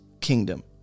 kingdom